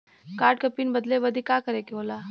Card क PIN बदले बदी का करे के होला?